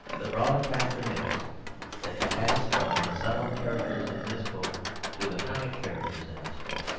the broad fact remains that to pass from the solemn characters in this book to the comic characters in this book,